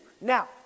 Now